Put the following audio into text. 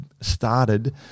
started